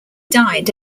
died